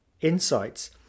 insights